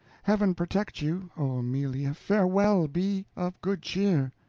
heaven protect you. oh, amelia, farewell, be of good cheer.